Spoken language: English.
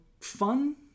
fun